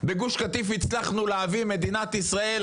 בגוש קטיף הצלחנו להביא מדינת ישראל,